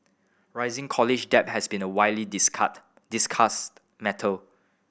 rising college debt has been a widely discussed matter